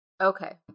Okay